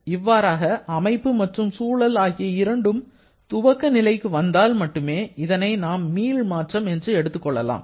இவ்வாறாக அமைப்பு மற்றும் சூழல் ஆகிய இரண்டும் துவக்க நிலைக்கு வந்தால் மட்டுமே இதனை நாம் மீள் மாற்றம் என்று நாம் எடுத்துக் கொள்கிறோம்